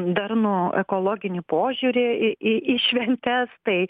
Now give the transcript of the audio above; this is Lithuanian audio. darnų ekologinį požiūrį į į į šventes tai